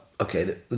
okay